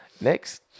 Next